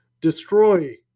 destroy